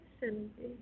Cindy